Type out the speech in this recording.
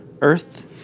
Earth